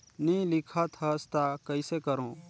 नी लिखत हस ता कइसे करू?